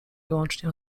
wyłącznie